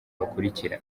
bakurikira